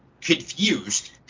confused